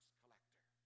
collector